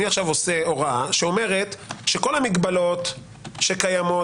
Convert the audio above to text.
עושה הוראה שאומרת שכל המגבלות שקיימות,